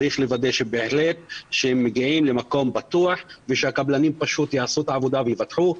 צריך לוודא שהם מגיעים למקום בטוח ושהקבלנים יעשו את העבודה ויבטחו.